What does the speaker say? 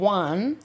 one